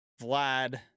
Vlad